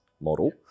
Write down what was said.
model